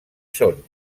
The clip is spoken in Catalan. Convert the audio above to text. són